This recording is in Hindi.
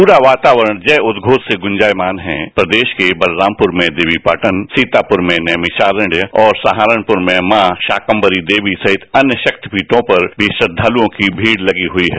पूरा वातावरण जय उद्घोष से गुंजायमान है प्रदेश के बलरामपुर में देवीपाटन सीतापुर में नैमिषारण्य और सहारनपुर में मां शाकमरी देवी सहित अन्य शक्तिपीयों पर भी श्रद्वालुओं की बड़ी भारी भीड़ लगी हुई है